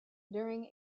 during